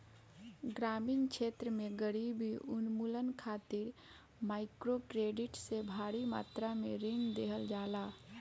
ग्रामीण क्षेत्र में गरीबी उन्मूलन खातिर माइक्रोक्रेडिट से भारी मात्रा में ऋण देहल जाला